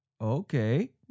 Okay